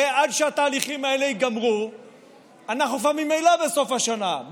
הרי עד שהתהליכים האלה ייגמרו אנחנו כבר ממילא בסוף השנה,